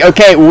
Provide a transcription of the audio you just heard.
Okay